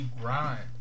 Grind